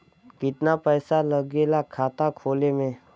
कितना पैसा लागेला खाता खोले में?